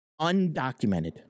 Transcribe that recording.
undocumented